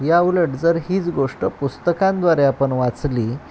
या उलट जर हीच गोष्ट पुस्तकांद्वारे आपण वाचली